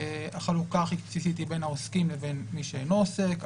החלוקה הכי בסיסית היא בין העוסקים לבין מי שאינו עוסק.